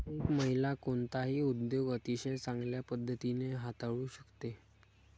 एक महिला कोणताही उद्योग अतिशय चांगल्या पद्धतीने हाताळू शकते